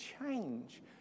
change